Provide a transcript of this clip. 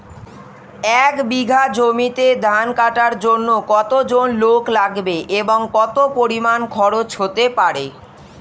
এক বিঘা জমিতে ধান কাটার জন্য কতজন লোক লাগবে এবং কত পরিমান খরচ হতে পারে?